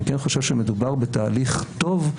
אני כן חושב שמדובר בתהליך טוב,